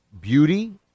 beauty